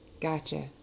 Gotcha